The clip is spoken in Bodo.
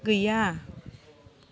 गैया